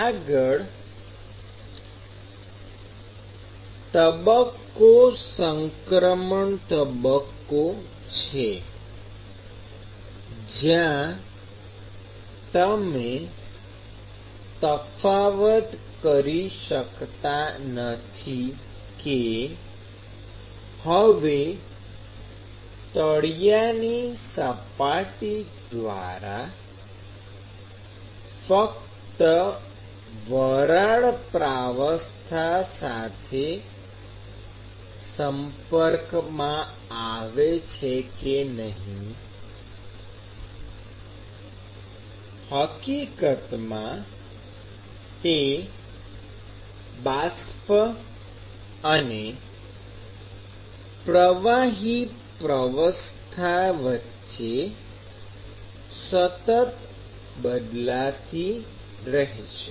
આગળનો તબક્કો સંક્રમણ તબક્કો છે જ્યાં તમે તફાવત કરી શકતા નથી કે હવે તળિયાની સપાટી ફક્ત વરાળ પ્રાવસ્થા સાથે સંપર્કમાં છે કે નહીં હકીકતમાં તે બાષ્પ અને પ્રવાહી પ્રાવસ્થા વચ્ચે સતત બદલાતી રેહશે